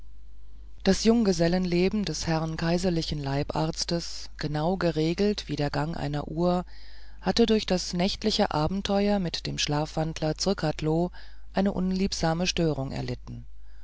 das junggesellenleben des herrn kaiserlichen leibarztes genau geregelt wie der gang einer uhr hatte durch das nächtliche abenteuer mit dem schlafwandler zrcadlo eine unliebsame störung erlitten